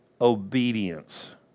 obedience